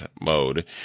mode